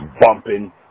bumping